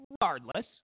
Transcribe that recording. regardless